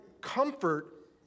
comfort